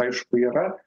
aišku yra